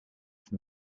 from